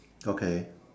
okay